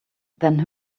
then